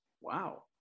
Wow